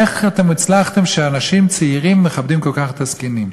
איך אתם הצלחתם כך שאנשים צעירים מכבדים כל כך את הזקנים?